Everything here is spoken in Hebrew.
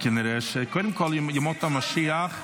קודם כול, ימות המשיח.